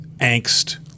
angst